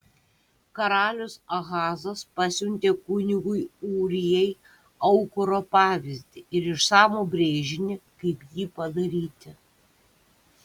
karalius ahazas pasiuntė kunigui ūrijai aukuro pavyzdį ir išsamų brėžinį kaip jį padaryti